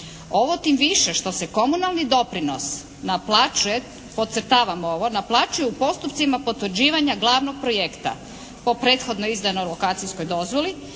Ovo tim više što se komunalni doprinos naplaćuje, podcrtavam ovo, naplaćuje u postupcima potvrđivanja glavnog projekta po prethodno izdanoj lokacijskoj dozvoli